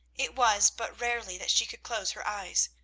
it was but rarely that she could close her eyes.